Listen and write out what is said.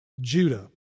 Judah